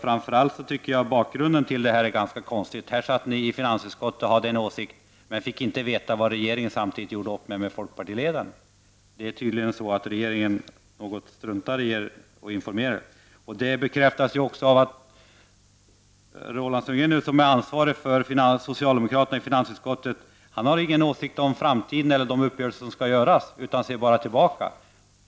Framför allt tycker jag att bakgrunden till det här är ganska konstig. Ni satt i finansutskottet och hade en åsikt, men ni fick inte veta vad regeringen samtidigt gjorde upp om med folkpartiledaren. Det är tydligen så att regeringen struntar i att informera er. Det bekräftas också av att Roland Sundgren, som är ansvarig för socialdemokraterna i finansutskottet, inte har någon åsikt om framtiden eller de uppgörelser som skall göras, utan bara ser tillbaka.